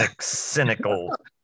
cynical